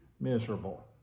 miserable